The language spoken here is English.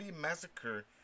massacre